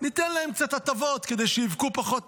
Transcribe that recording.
ניתן להם קצת הטבות כדי שיבכו פחות,